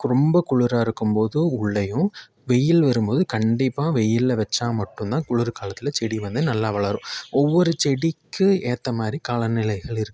ரொம்ப குளிராக இருக்கும்போது உள்ளேயும் வெயில் வரும்போது கண்டிப்பாக வெயிலில் வச்சா மட்டும்தான் குளிர் காலத்தில் செடி வந்து நல்லா வளரும் ஒவ்வொரு செடிக்கு ஏற்ற மாரி காலநிலைகள் இருக்குது